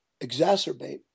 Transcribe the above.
exacerbate